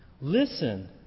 listen